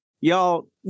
Y'all